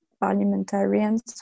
parliamentarians